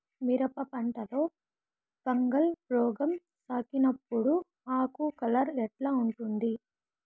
మిరప పంటలో ఫంగల్ రోగం సోకినప్పుడు ఆకు కలర్ ఎట్లా ఉంటుంది?